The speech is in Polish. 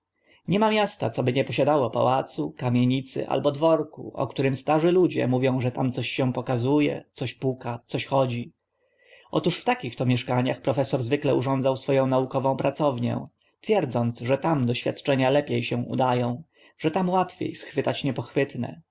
nie ma miasta co by nie posiadało pałacu kamienicy albo dworku o których starzy ludzie mówią że tam się coś pokazu e coś puka coś chodzi otóż w takich to mieszkaniach profesor zwykle urządzał swo ą naukową pracownię twierdząc że tam doświadczenia lepie się uda ą że tam łatwie schwytać niepochwytne